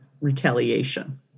retaliation